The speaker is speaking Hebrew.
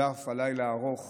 על אף הלילה הארוך